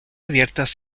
abiertas